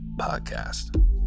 podcast